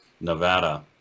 Nevada